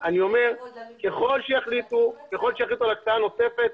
אני אומר שככל שיחליטו על הקצאה נוספת,